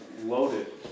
loaded